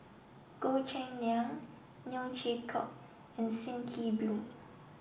Goh Cheng Liang Neo Chwee Kok and Sim Kee Boon